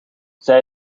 zij